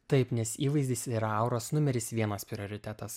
taip nes įvaizdis yra auros numeris vienas prioritetas